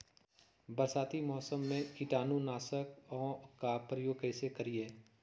बरसाती मौसम में कीटाणु नाशक ओं का प्रयोग कैसे करिये?